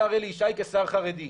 השר אלי ישי כשר חרדי,